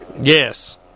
Yes